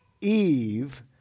Eve